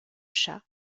chat